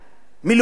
מילואים.